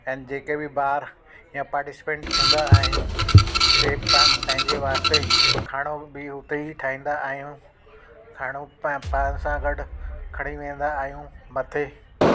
ऐं जेके बि ॿार या पाटिसीपेंट हूंदा आहिनि ते तव्हां पंहिंजे वास्ते खाणो बि हुते ही ठाहींदा आहियूं खाइणो पाण सां गॾु खणी वेंदा आहियूं मथे